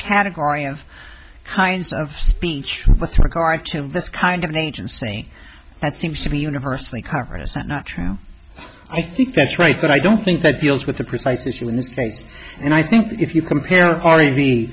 category of kinds of speech with regard to this kind of an agency that seems to be universally covered is that not true i think that's right but i don't think that deals with the precise issue in this case and i think if you compare